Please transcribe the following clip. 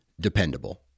dependable